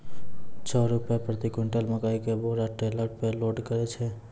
छह रु प्रति क्विंटल मकई के बोरा टेलर पे लोड करे छैय?